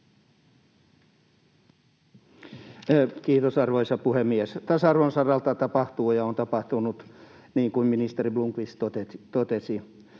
Kiitos, arvoisa puhemies! Tasa-arvon saralla tapahtuu ja on tapahtunut, niin kuin ministeri Blomqvist totesi.